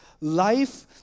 life